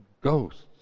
ghosts